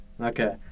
okay